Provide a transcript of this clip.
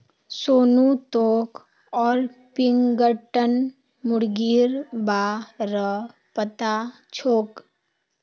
सोनू तोक ऑर्पिंगटन मुर्गीर बा र पता छोक